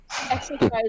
exercise